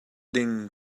ding